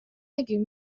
نگیر